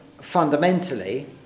Fundamentally